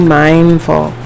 mindful